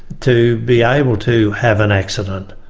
to be able to have an accident.